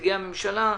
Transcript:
נציגי הממשלה,